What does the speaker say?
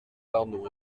arnaud